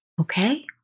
okay